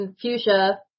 fuchsia